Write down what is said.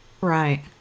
Right